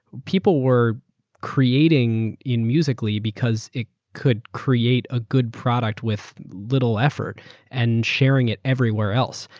people were creating in musical. ly because it could create a good product with little effort and sharing it everywhere else.